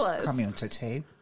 community